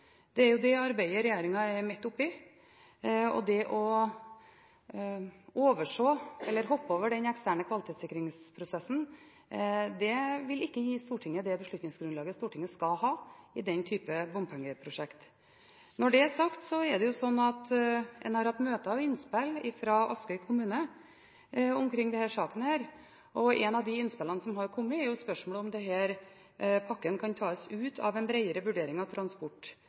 Det er det arbeidet regjeringen er midt oppe i. Det å hoppe over den eksterne kvalitetssikringsprosessen vil ikke gi Stortinget det beslutningsgrunnlaget Stortinget skal ha i den type bompengeprosjekter. Når det er sagt, er det slik at en har hatt møter med og innspill fra Askøy kommune omkring denne saken. Et av de innspillene som har kommet, er spørsmålet om hvorvidt denne pakken kan tas ut av den bredere vurderingen av